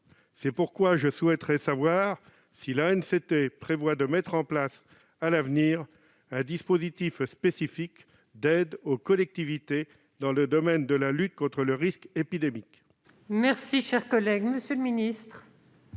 C'est pourquoi je souhaiterais savoir si l'ANCT prévoit de mettre en place, à l'avenir, un dispositif spécifique d'aide aux collectivités dans le domaine de la lutte contre le risque épidémique.